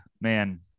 man